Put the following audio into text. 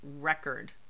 record